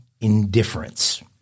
indifference